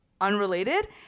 unrelated